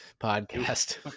podcast